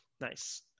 Nice